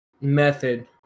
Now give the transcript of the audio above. method